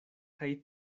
kaj